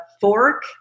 fork